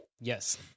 Yes